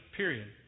period